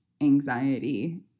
anxiety